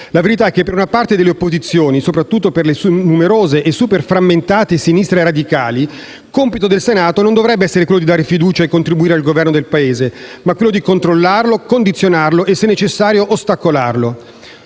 La verità è che per una parte delle opposizioni, soprattutto per le sue numerose e super frammentate sinistre radicali, compito del Senato non dovrebbe essere quello di dare fiducia e contribuire al governo del Paese, ma quello di controllarlo, condizionarlo e, se necessario, ostacolarlo.